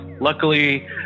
Luckily